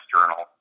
Journal